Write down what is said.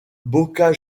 boca